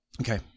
Okay